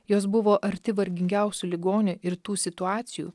jos buvo arti vargingiausių ligonių ir tų situacijų